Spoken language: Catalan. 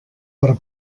per